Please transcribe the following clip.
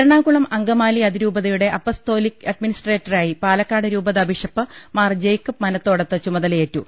എറണാകുളം അങ്കമാലി അതിരൂപതയുടെ അപ്പസ്തോലിക് അഡ്മി നിസ്ട്രേറ്ററായി പാലക്കാട് രൂപത ബിഷപ്പ് മാർ ജേക്കബ് മനത്തോടത്ത് ചുമതലയേറ്റു